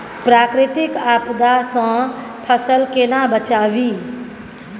प्राकृतिक आपदा सं फसल केना बचावी?